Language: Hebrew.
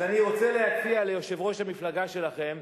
אז אני רוצה להציע ליושבת-ראש המפלגה שלכם,